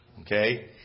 Okay